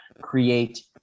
create